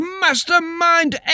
Mastermind